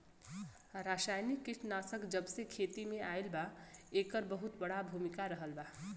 रासायनिक कीटनाशक जबसे खेती में आईल बा येकर बहुत बड़ा भूमिका रहलबा